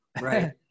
Right